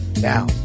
Now